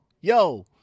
yo